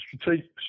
strategic